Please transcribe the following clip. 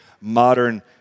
modern